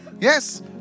Yes